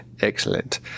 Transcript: excellent